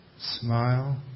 Smile